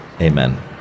amen